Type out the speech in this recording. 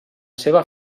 seva